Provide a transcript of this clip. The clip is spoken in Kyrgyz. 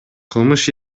кылмыш